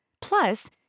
Plus